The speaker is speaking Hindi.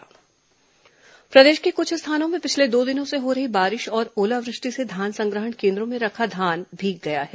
बारिश फसल नुकसान प्रदेश के कुछ स्थानों में पिछले दो दिनों से हो रही बारिश और ओलावृष्टि से धान संग्रहण केन्द्रों में रखा धान भीग गया है